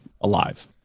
alive